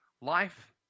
Life